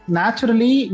naturally